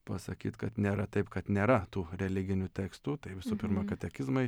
pasakyt kad nėra taip kad nėra tų religinių tekstų tai visų pirma katekizmai